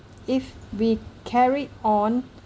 if we carried on